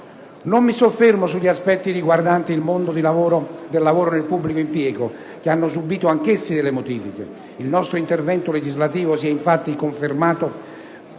Non mi soffermo sugli aspetti riguardanti il mondo del lavoro nel pubblico impiego, che hanno subito anch'essi delle modifiche: il nostro intervento legislativo si è infatti conformato